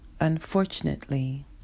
unfortunately